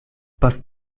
post